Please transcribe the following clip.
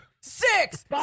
six